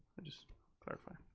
i'm just clarifying.